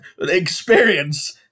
experience